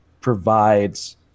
provides